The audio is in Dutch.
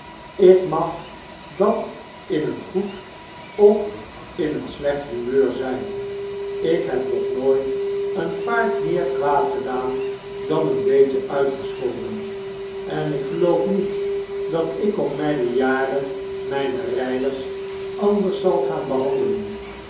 ik mag dan in een goed of in een slecht humeur zijn ik neb nog nooit een paard meer kwaad gedaan dan een beetje uitgescholden en ik geloof niet dat ik op mn'ne jaren mijne rijders anders zal gaan behandelen